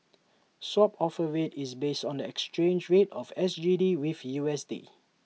swap offer rate is based on the exchange rate of S G D with U S D